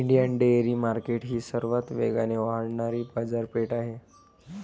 Indian dairy market ही सर्वात वेगाने वाढणारी बाजारपेठ आहे